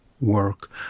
work